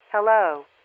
Hello